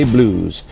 Blues